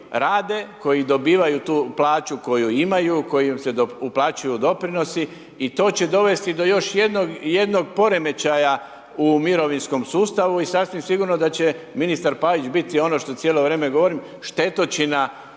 koji dobivaju tu plaću koju imaju, u kojoj im se uplaćuju doprinosi i to će dovesti do još jednog poremećaja u mirovinskom sustavu i sasvim sigurno da će ministar Pavić biti ono što cijelo vrijeme govorim, štetočina